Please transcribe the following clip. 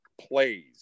plays